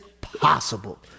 possible